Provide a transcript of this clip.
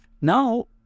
Now